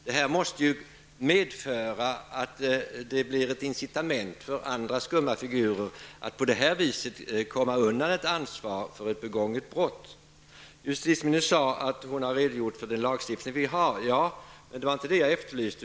Detta måste ju medföra att det blir ett incitament för andra skumma figurer att komma undan ansvaret för ett begånget brott på det här viset. Justitieministern sade att hon har redogjort för den lagstiftning vi har, men det var inte det jag efterlyste.